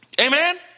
Amen